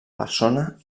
persona